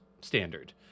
standard